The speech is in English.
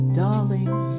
darling